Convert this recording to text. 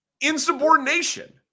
Insubordination